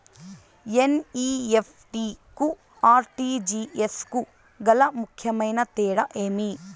NEFT కు RTGS కు గల ముఖ్యమైన తేడా ఏమి?